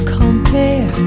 compare